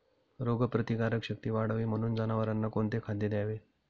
रोगप्रतिकारक शक्ती वाढावी म्हणून जनावरांना कोणते खाद्य द्यावे?